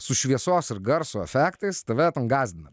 su šviesos ir garso efektais tave ten gąsdina